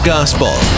Gospel